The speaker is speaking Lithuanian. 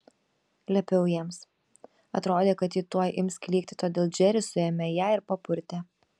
liepiau jiems atrodė kad ji tuoj ims klykti todėl džeris suėmė ją ir papurtė